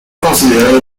considerado